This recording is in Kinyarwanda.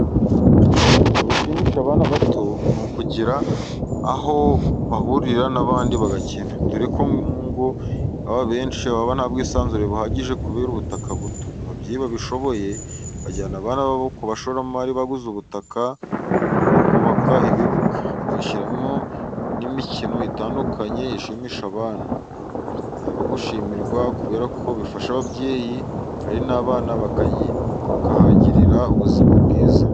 Mu bishimisha abana bato ni ukugira aho bahurira n'abandi bagakina. Dore ko mu ngo iwabo abenshi baba ntabwisanzure buhagije kubera ubutaka buto. Ababyeyi babishoboye bajyana abana babo ku bashoramari baguze ubutaka bakubaka ibibuga, bagashyiramo n'imikino itandukanye ishimisha abana. Ni abo gushimirwa kubera ko bifasha ababyeyi, ari n'abana bakahagirira ubuzima bwiza.